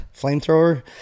flamethrower